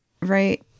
right